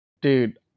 Dude